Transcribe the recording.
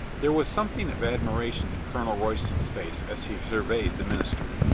there was something of admiration in colonel royston's face as he surveyed the minister.